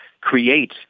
create